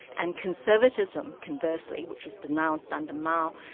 and conservatism, conversely, which was denounced under mao,